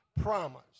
promise